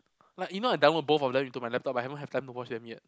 like even I download both of them into my laptop I haven't have time to watch them yet